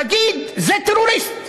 תגיד: זה טרוריסט,